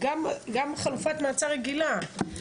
גם חלופת מעצר רגילה,